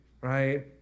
right